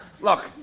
Look